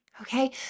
Okay